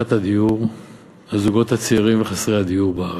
למצוקת הדיור לזוגות הצעירים ולחסרי הדיור בארץ.